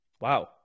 Wow